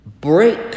break